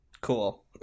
cool